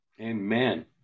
Amen